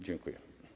Dziękuję.